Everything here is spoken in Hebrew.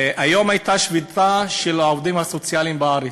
היום הייתה שביתה של העובדים הסוציאליים בארץ.